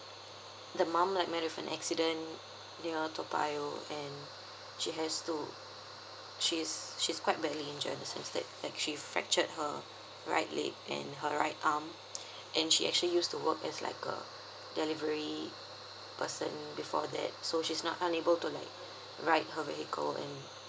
the mum like met with an accident near toa payoh and she has to she is she's quite badly injured in the sense that like she fractured her right leg and her right arm and she actually used to work as like a delivery person before that so she's not unable to like ride her vehicle and